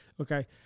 Okay